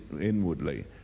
inwardly